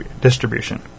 distribution